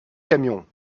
camion